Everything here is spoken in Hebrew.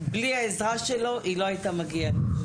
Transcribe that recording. בלי העזרה שלו, היא לא היתה מגיעה.